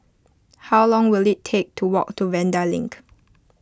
how long will it take to walk to Vanda Link